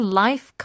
life